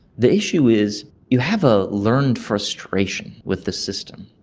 the issue is you have a learned frustration with the system,